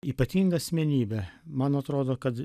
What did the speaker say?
ypatinga asmenybė man atrodo kad